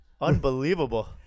Unbelievable